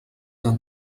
d’un